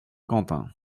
quentin